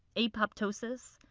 apoptosis?